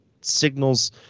signals